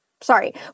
sorry